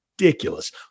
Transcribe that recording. ridiculous